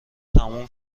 تموم